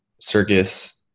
circus